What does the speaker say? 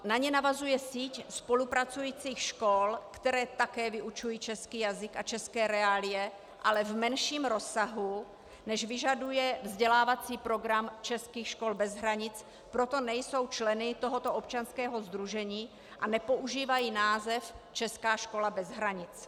Na ně navazuje síť spolupracujících škol, které také vyučují český jazyk a české reálie, ale v menším rozsahu, než vyžaduje vzdělávací program českých škol bez hranic, proto nejsou členy tohoto občanského sdružení a nepoužívají název česká škola bez hranic.